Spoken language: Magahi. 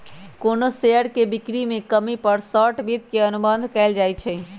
कोनो शेयर के बिक्री में कमी पर शॉर्ट वित्त के अनुबंध कएल जाई छई